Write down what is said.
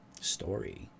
story